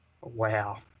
wow